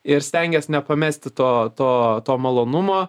ir stengies nepamesti to to to malonumo